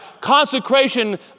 Consecration